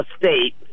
state